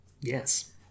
Yes